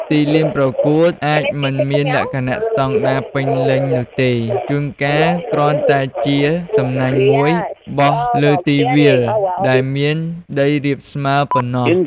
ទីលានប្រកួតអាចមិនមានលក្ខណៈស្តង់ដារពេញលេញនោះទេ ជួនកាលគ្រាន់តែជាសំណាញ់មួយបោះលើទីវាលដែលមានដីរាបស្មើប៉ុណ្ណោះ។